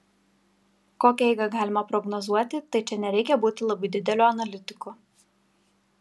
kokią eigą galima prognozuoti tai čia nereikia būti labai dideliu analitiku